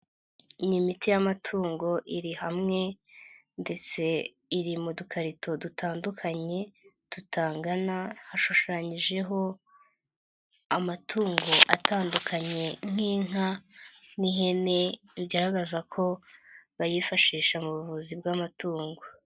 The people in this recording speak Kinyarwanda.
Ni imiti y'amatungo, iri hamwe ndetse iri mu dukarito dutandukanye, tutangana hashushanyijeho amatungo atandukanye nk'inka n'ihene, bigaragaza ko bayifashisha mu buvuzi bw'amatungo.